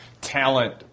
Talent